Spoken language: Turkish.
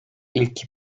ilki